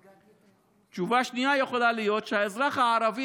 2. תשובה שנייה יכולה להיות שהאזרח הערבי